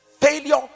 Failure